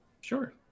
Sure